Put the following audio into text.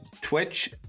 Twitch